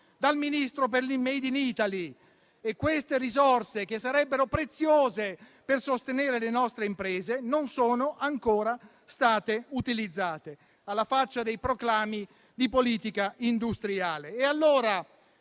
dal Ministro per il Made in Italy e queste risorse, che sarebbero preziose per sostenere le nostre imprese, non sono ancora state utilizzate: alla faccia dei proclami di politica industriale.